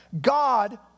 God